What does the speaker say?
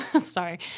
sorry